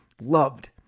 Loved